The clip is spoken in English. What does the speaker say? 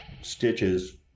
stitches